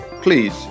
please